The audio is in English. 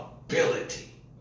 Ability